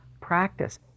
practice